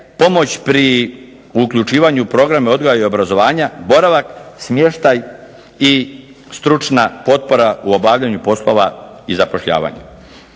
pomoć pri uključivanju u programa odgoja i obrazovanja, boravak, smještaj i stručna potpora u obavljanju poslova i zapošljavanja.